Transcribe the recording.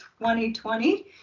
2020